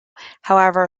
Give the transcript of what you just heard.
however